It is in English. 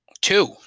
Two